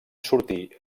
sortí